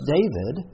David